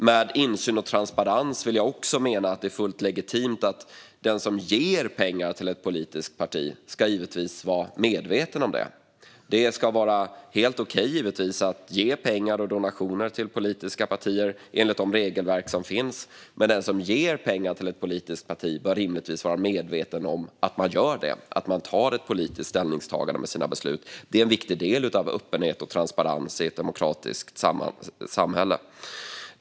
Med insyn och transparens menar jag också att den som ger pengar till ett politiskt parti ska vara medveten om det. Det ska givetvis vara helt okej att ge pengar och göra donationer till politiska partier enligt de regelverk som finns, men den som ger pengar till ett politiskt parti bör vara medveten om att man gör det och att man gör ett politiskt ställningstagande med sitt beslut. Det är en viktig del av öppenhet och transparens i ett demokratiskt samhälle.